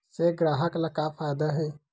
से ग्राहक ला का फ़ायदा हे?